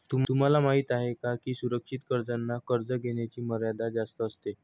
तुम्हाला माहिती आहे का की सुरक्षित कर्जांना कर्ज घेण्याची मर्यादा जास्त असते